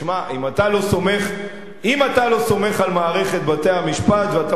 אם אתה לא סומך על מערכת בתי-המשפט ואתה מוצא את